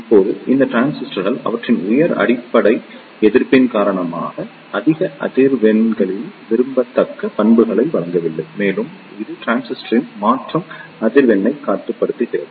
இப்போது இந்த டிரான்சிஸ்டர்கள் அவற்றின் உயர் அடிப்படை எதிர்ப்பின் காரணமாக அதிக அதிர்வெண்களில் விரும்பத்தக்க பண்புகளை வழங்கவில்லை மேலும் இது டிரான்சிஸ்டரின் மாற்றம் அதிர்வெண்ணைக் கட்டுப்படுத்துகிறது